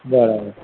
બરાબર